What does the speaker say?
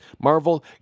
Marvel